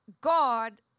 God